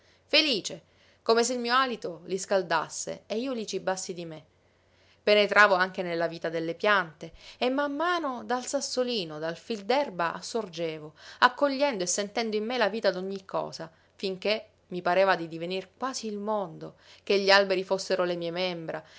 felice come se il mio alito li scaldasse e io li cibassi di me penetravo anche nella vita delle piante e man mano dal sassolino dal fil d'erba assorgevo accogliendo e sentendo in me la vita d'ogni cosa finché mi pareva di divenir quasi il mondo che gli alberi fossero mie membra